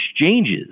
exchanges